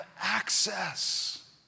access